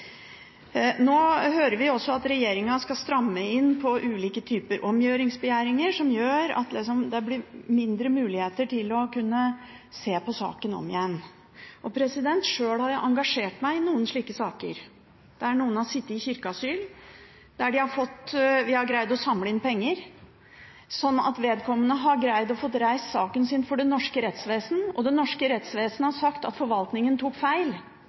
Nå hører vi at regjeringen skal stramme inn på ulike typer omgjøringsbegjæringer, noe som gjør at det blir mindre muligheter til å kunne se på saken om igjen. Sjøl har jeg engasjert meg i noen slike saker der noen har sittet i kirkeasyl, der vi har greid å samle inn penger slik at vedkommende har greid å få reist saken sin for det norske rettsvesen, og det norske rettsvesen har sagt at forvaltningen tok feil.